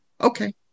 Okay